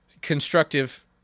constructive